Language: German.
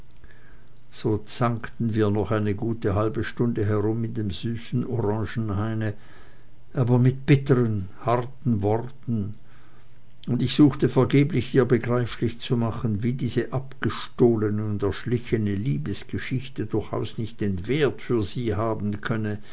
so zankten wir noch eine gute halbe stunde herum in dem süßen orangenhaine aber mit bittern harten worten und ich suchte vergeblich ihr begreiflich zu machen wie diese abgestohlene und erschlichene liebesgeschichte durchaus nicht den wert für sie haben könnte